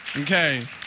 Okay